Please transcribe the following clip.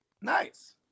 Nice